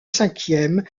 cinquième